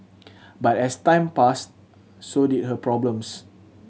but as time passed so did her problems